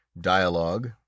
Dialogue